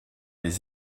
les